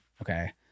okay